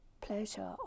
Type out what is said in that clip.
pleasure